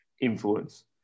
influence